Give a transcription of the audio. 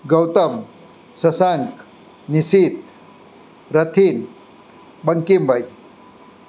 Gautam Shashank Nishith Rathin Bankimbhai